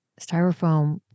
Styrofoam